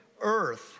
earth